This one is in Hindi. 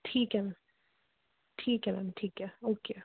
ठीक है मैम ठीक है मैम ठीक है ओके